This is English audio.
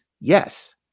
yes